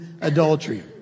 adultery